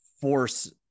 force